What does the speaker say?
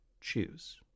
choose